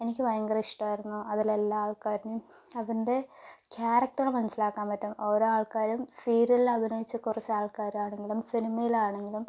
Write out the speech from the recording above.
എനിക്ക് ഭയങ്കര ഇഷ്ടമായിരുന്നു അതിൽ എല്ലാ ആൾക്കാരിനെയും അതിന്റെ ക്യാരക്ടർ മനസ്സിലാക്കാൻ പറ്റും ഓരോ ആൾക്കാരും സീരിയൽ അഭിനയിച്ച കുറച്ച് ആൾക്കാര് ആണെങ്കിലും സിനിമയിൽ ആണെങ്കിലും